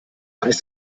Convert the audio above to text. heißt